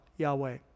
Yahweh